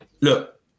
Look